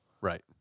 Right